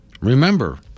Remember